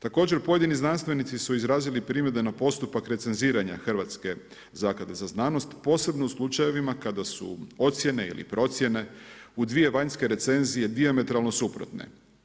Također pojedini znanstvenici su izrazili primjedbe na postupak recenziranja Hrvatske zaklade za znanost posebno u slučajevima kada su ocjene ili procjene u dvije vanjske recenzije dijametralno suprotne.